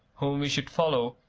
whom we should follow,